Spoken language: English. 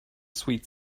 sweet